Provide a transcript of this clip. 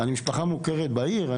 אנחנו משפחה מוכרת בעיר,